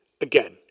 Again